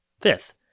Fifth